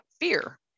fear